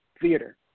Theater